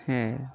হ্যাঁ